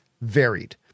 varied